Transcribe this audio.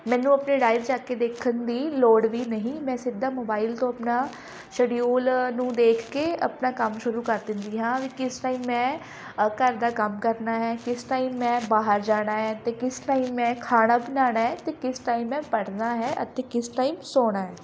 ਮੈਨੂੰ ਆਪਣੀ ਡਾਇਰੀ ਚੱਕ ਕੇ ਦੇਖਣ ਦੀ ਲੋੜ ਵੀ ਨਹੀਂ ਮੈਂ ਸਿੱਧਾ ਮੋਬਾਈਲ ਤੋਂ ਆਪਣਾ ਸ਼ਡਿਊਲ ਨੂੰ ਦੇਖ ਕੇ ਆਪਣਾ ਕੰਮ ਸ਼ੁਰੂ ਕਰ ਦਿੰਦੀ ਹਾਂ ਵੀ ਕਿਸ ਟਾਈਮ ਮੈਂ ਘਰ ਦਾ ਕੰਮ ਕਰਨਾ ਹੈ ਕਿਸ ਟਾਈਮ ਮੈਂ ਬਾਹਰ ਜਾਣਾ ਹੈ ਅਤੇ ਕਿਸ ਟਾਈਮ ਮੈਂ ਖਾਣਾ ਬਣਾਉਣਾ ਹੈ ਅਤੇ ਕਿਸ ਟਾਈਮ ਮੈਂ ਪੜ੍ਹਣਾ ਹੈ ਅਤੇ ਕਿਸ ਟਾਈਮ ਸੌਣਾ ਹੈ